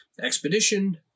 expedition